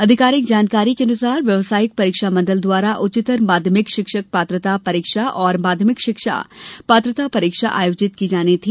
आधिकारिक जानकारी के अनुसार व्यवसायिक परीक्षा मंडल द्वारा उच्चतर माध्यमिक शिक्षक पात्रता परीक्षा और माध्यमिक शिक्षा पात्रता परीक्षा आयोजित की जानी थी